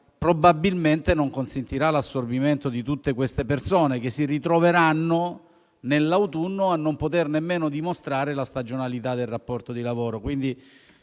probabilmente non consentirà l'assorbimento di tutte queste persone, che si ritroveranno in autunno a non poter nemmeno dimostrare la stagionalità del rapporto di lavoro.